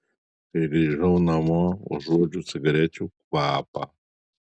kai grįžau namo užuodžiau cigarečių kvapą